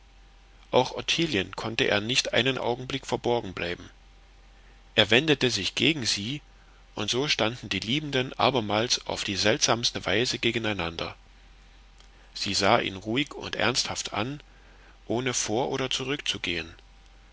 auch ottilien konnte er nicht einen augenblick verborgen bleiben er wendete sich gegen sie und so standen die liebenden abermals auf die seltsamste weise gegeneinander sie sah ihn ruhig und ernsthaft an ohne vor oder zurückzugehen